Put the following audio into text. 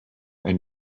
and